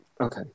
Okay